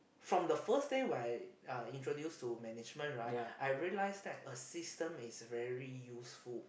from the first day when I uh introduce to management right I realize that a system is very useful